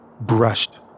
brushed